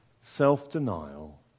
self-denial